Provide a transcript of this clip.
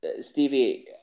Stevie